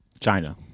China